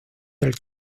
del